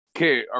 Okay